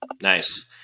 Nice